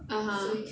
(uh huh)